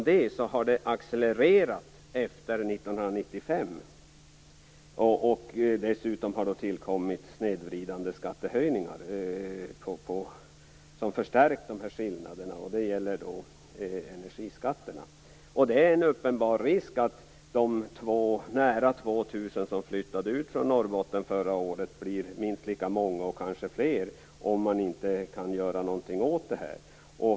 Detta har accelererat efter 1995, och dessutom har snedvridande skattehöjningar, t.ex. på energi, tillkommit och förstärkt dessa skillnader. Risken är uppenbar att de nära 2 000 människor som flyttade ut från Norrbotten förra året blir minst lika många och kanske fler i år, om man inte kan göra något åt detta.